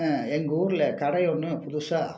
எங்கூரில் கடை ஒன்று புதுசாக